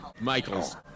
Michaels